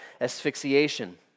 asphyxiation